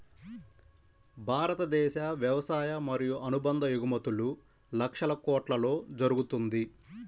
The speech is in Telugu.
భారతదేశ వ్యవసాయ మరియు అనుబంధ ఎగుమతులు లక్షల కొట్లలో జరుగుతుంది